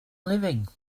living